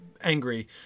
angry